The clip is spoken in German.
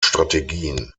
strategien